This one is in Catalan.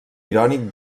irònic